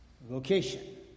vocation